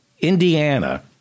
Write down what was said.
Indiana